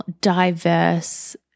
diverse